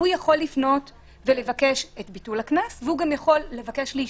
הוא יכול לפנות ולבקש את ביטול הקנס והוא גם יכול לבקש להישפט.